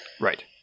Right